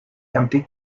empty